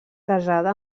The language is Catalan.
casada